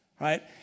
right